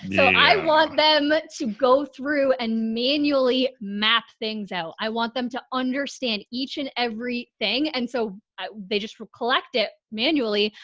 yeah and i want them to go through and manually map things out. i want them to understand each and every thing and so they just collect it manually.